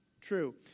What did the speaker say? true